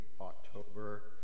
October